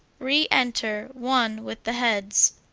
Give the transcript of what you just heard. braue. enter one with the heads.